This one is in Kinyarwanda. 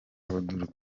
abdul